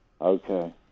Okay